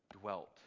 dwelt